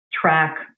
track